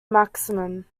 maximum